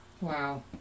wow